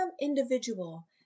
individual